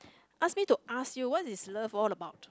ask me to ask you what is love all about